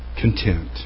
content